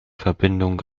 verbindungen